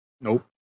Nope